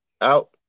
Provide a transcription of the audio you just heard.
out